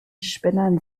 spinnern